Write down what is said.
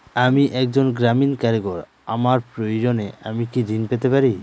আমি একজন গ্রামীণ কারিগর আমার প্রয়োজনৃ আমি কি ঋণ পেতে পারি?